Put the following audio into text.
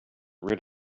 rid